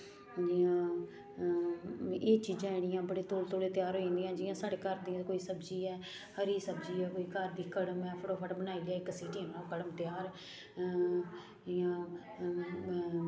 जि'यां एह् चीजां जेह्ड़ियां बड़े तौले तौले त्यार होई जंदियां जि'यां साढ़े घर गै कोई सब्जी ऐ हरी सब्जी ऐ कोई घर दी कड़म ऐ फटोफट बनाई लेई इक सीटी मारो कड़म त्यार ऐ इ'यां